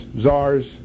czars